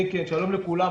שלום לכולם.